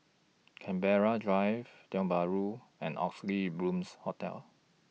Canberra Drive Tiong Bahru and Oxley Blooms Hotel